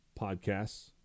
Podcasts